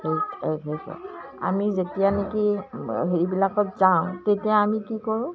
সেই আমি যেতিয়া নেকি সেইবিলাকত যাওঁ তেতিয়া আমি কি কৰোঁ